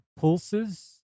pulses